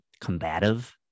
combative